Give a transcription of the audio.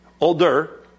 Older